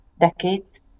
decades